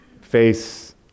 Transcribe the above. face